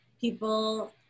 people